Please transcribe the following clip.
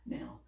Now